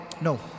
No